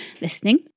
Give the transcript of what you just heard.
listening